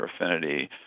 affinity